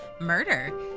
murder